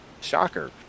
shocker